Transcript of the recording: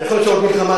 יכול להיות שעוד מלחמה,